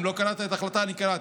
אם לא קראת את ההחלטה, אני קראתי.